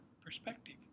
perspective